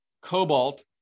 Cobalt